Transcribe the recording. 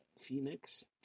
Phoenix